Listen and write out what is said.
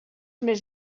més